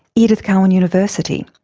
edith cowan university,